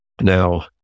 Now